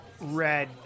red